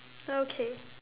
okay